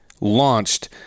launched